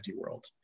world